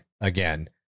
again